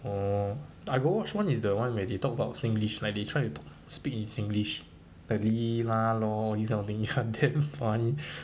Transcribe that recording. orh I got watch [one] is the one where they talk about singlish like they try to to speak in singlish like leh lah lor this kind of thing damn funny